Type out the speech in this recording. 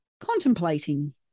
contemplating